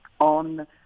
on